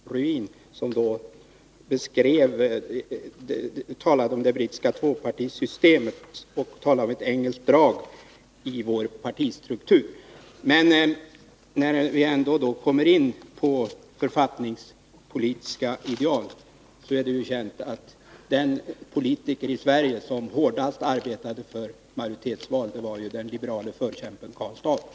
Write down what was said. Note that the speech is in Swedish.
Fru talman! Bara en anmärkning i marginalen. Jag talade faktiskt icke om England på annat sätt än att jag citerade vad professor Ruin sagt om det brittiska tvåpartisystemet och pekade på ett engelskt drag i vår partistruktur. Men när vi ändå är inne på författningspolitiska ideal vill jag också erinra om att det är känt att den politiker i Sverige som hårdast arbetade för majoritetsval var den liberale förkämpen Karl Staaff.